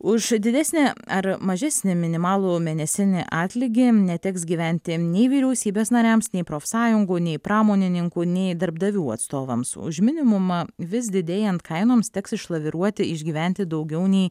už didesnę ar mažesnį minimalų mėnesinį atlygį neteks gyventi nei vyriausybės nariams nei profsąjungų nei pramonininkų nei darbdavių atstovams už minimumą vis didėjant kainoms teks išlaviruoti išgyventi daugiau nei